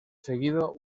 seguido